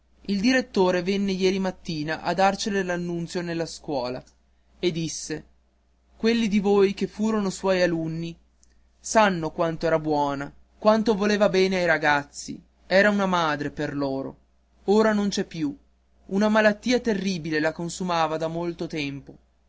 il direttore venne ieri mattina a darcene l'annunzio nella scuola e disse quelli di voi che furono suoi alunni sanno quanto era buona come voleva bene ai ragazzi era una madre per loro ora non c'è più una malattia terribile la consumava da molto tempo